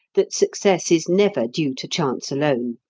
that success is never due to chance alone.